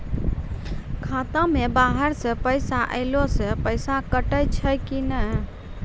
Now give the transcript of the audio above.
खाता मे बाहर से पैसा ऐलो से पैसा कटै छै कि नै?